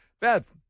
Beth